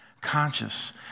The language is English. Conscious